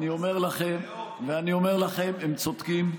אני אומר לכם, הם צודקים.